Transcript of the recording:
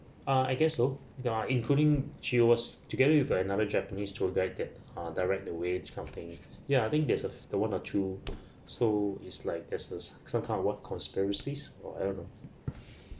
ah I guess so the including she was together with another japanese tour guide that uh direct the way this kind of thing ya I think that's the one or two so it's like there's the what kind of [one] conspiracies or whatever